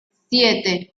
siete